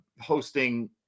hosting